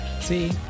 See